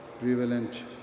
prevalent